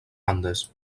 andes